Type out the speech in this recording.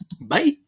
Bye